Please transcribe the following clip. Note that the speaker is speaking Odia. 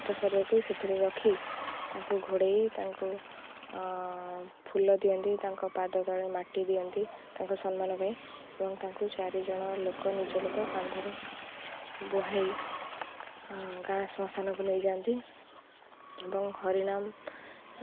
ମୃତ ଶରୀରକୁ ସେଥିରେ ରଖି ତାଙ୍କୁ ଘୋଡ଼େଇ ତାଙ୍କୁ ଫୁଲ ଦିଅନ୍ତି ତାଙ୍କ ପାଦ ତଳେ ମାଟି ଦିଅନ୍ତି ତାଙ୍କ ସମ୍ମାନ ପାଇଁ ଏବଂ ତାଙ୍କୁ ଚାରିଜଣ ଲୋକ ନିଜ ଲୋକ କାନ୍ଧରେ ବୁହାଇ ଗାଁ ଶ୍ମାଶନକୁ ନେଇ ଯାଆନ୍ତି ଏବଂ ହରିନାମ୍